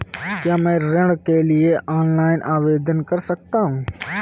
क्या मैं ऋण के लिए ऑनलाइन आवेदन कर सकता हूँ?